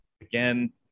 Again